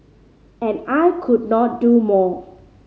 and I could not do more